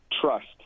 trust